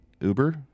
Uber